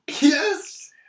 Yes